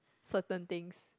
certain things